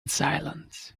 silence